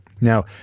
Now